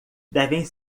devem